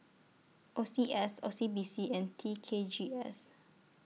O C S O C B C and T K G S